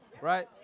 right